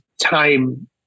time